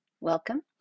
welcome